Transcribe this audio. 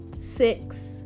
six